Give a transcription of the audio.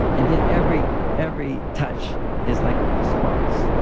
and then every every touch is like sparks.